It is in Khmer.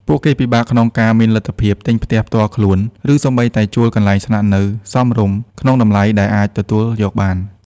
ពួកគេពិបាកក្នុងការមានលទ្ធភាពទិញផ្ទះផ្ទាល់ខ្លួន ឬសូម្បីតែជួលកន្លែងស្នាក់នៅសមរម្យក្នុងតម្លៃដែលអាចទទួលយកបាន។